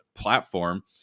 platform